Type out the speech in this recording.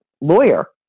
lawyer